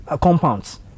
compounds